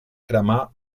cremar